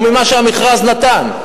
או ממה שהמכרז נתן.